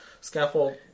scaffold